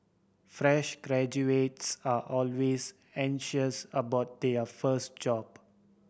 fresh graduates are always anxious about their first job